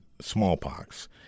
smallpox